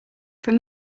from